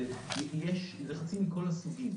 יש לחצים מכל הסוגים.